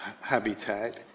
habitat